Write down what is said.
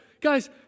Guys